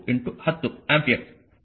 4 10 ampere